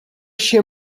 się